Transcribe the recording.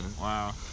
Wow